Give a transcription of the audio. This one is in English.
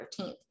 13th